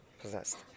possessed